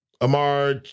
Amar